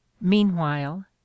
meanwhile